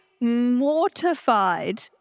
mortified